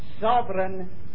sovereign